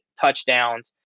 touchdowns